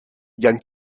yann